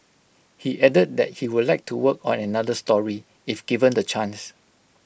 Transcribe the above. he added that he would like to work on another story if given the chance